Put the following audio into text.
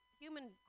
human